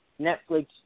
Netflix